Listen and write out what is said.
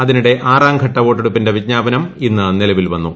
അതിനിടെ ആറാംഘട്ട വോട്ടെടുപ്പിന്റെ വിജ്ഞാപനം ഇന്ന് നിലവിൽ വന്നു